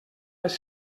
les